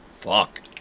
Fuck